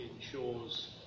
ensures